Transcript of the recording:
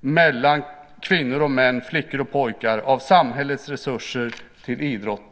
mellan kvinnor och män och mellan flickor och pojkar av samhällets resurser till idrotten.